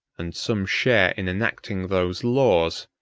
and some share in enacting those laws,